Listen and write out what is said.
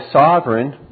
sovereign